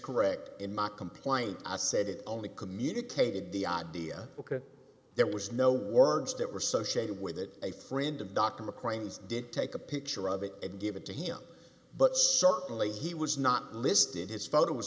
correct in my complaint i said it only communicated the idea ok there was no words that were associated with it a friend of dr mcreynolds did take a picture of it and give it to him but certainly he was not listed his photo was